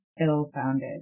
ill-founded